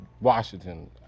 Washington